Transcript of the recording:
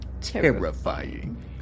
terrifying